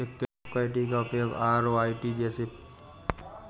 equity का उपयोग ROE जैसे कई प्रमुख वित्तीय अनुपातों में किया जाता है